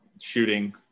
shooting